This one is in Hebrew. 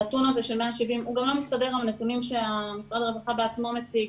הנתון הזה של 170 הוא גם לא מסתדר עם נתונים שמשרד הרווחה בעצמו מציג.